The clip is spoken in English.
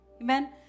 Amen